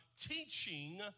Teaching